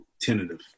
tentative